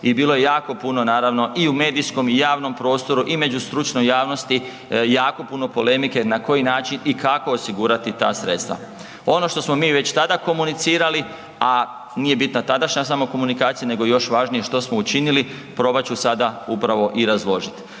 i bilo je jako puno naravno i u medijskom i u javnom prostoru i među stručnoj javnosti jako puno polemike na koji način i kako osigurati ta sredstva. Ono što smo mi već tada komunicirali, a nije bitna sadašnja samo komunikacija nego još važnije što smo učinili probat ću sada upravo i razložiti.